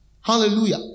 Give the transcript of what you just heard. Hallelujah